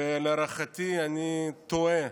ולהערכתי אני תוהה: